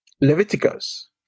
Leviticus